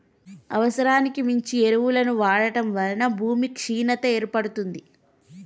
అవసరానికి మించి ఎరువులను వాడటం వలన భూమి క్షీణత ఏర్పడుతుంది